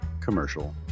commercial